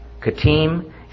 Katim